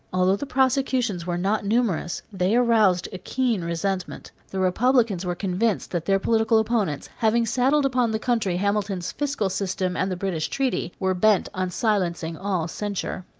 although the prosecutions were not numerous, they aroused a keen resentment. the republicans were convinced that their political opponents, having saddled upon the country hamilton's fiscal system and the british treaty, were bent on silencing all censure.